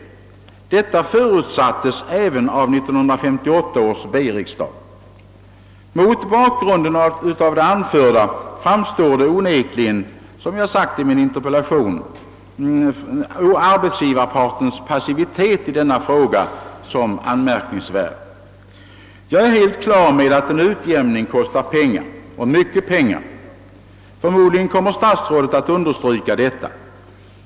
Detta förutsattes även av 1958 års B-riksdag. Mot bakgrunden av det anförda framstår onekligen, som jag sagt i min interpellation, arbetsgivarpartens passivitet i denna fråga som anmärkningsvärd. Jag är helt på det klara med att en utjämning kostar pengar — och mycket pengar. Förmodligen kommer statsrådet att understryka detta.